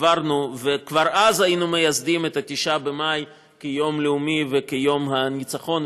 וכבר אז היינו מייסדים את 9 במאי כיום לאומי וכיום הניצחון,